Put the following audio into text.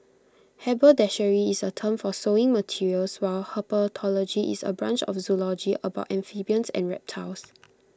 haberdashery is A term for sewing materials while herpetology is A branch of zoology about amphibians and reptiles